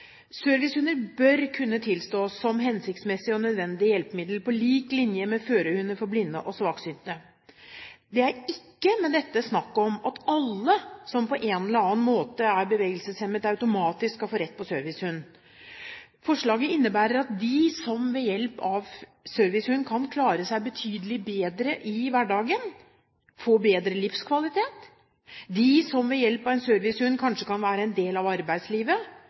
Servicehunder bør kunne tilstås som hensiktsmessig og nødvendig hjelpemiddel på lik linje med førerhunder for blinde og svaksynte. Det er ikke med dette snakk om at alle som på en eller annen måte er bevegelseshemmet, automatisk skal få rett til servicehund. Forslaget innebærer at de som ved hjelp av servicehund kan klare seg betydelig bedre i hverdagen, får bedre livskvalitet, og at de som ved hjelp av en servicehund kanskje kan være en del av arbeidslivet,